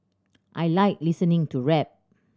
I like listening to rap